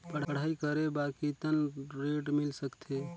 पढ़ाई करे बार कितन ऋण मिल सकथे?